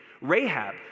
Rahab